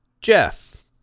Jeff